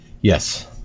Yes